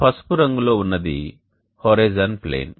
పసుపు రంగులో ఉన్నది హోరిజోన్ ప్లేన్